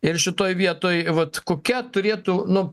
ir šitoj vietoj vat kokia turėtų nu